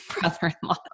brother-in-law